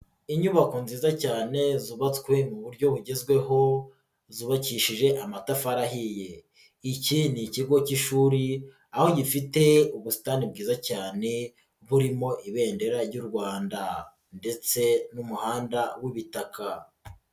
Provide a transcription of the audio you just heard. Inyubako nziza cyane zubatswe mu buryo bugezweho zubakishije amatafari ahiye. Iki ni kigo k'ishuri aho gifite ubusitani bwiza cyane burimo Ibendera ry'u Rwanda ndetse n'umuhanda w'ibitaka.